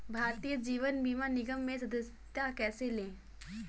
भारतीय जीवन बीमा निगम में सदस्यता कैसे लें?